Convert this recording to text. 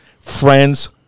friends